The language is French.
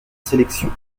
sélection